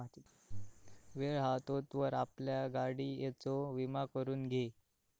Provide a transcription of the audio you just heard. वेळ हा तोवर आपल्या गाडियेचो विमा करून घी